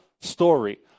story